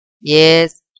Yes